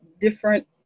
different